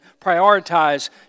prioritize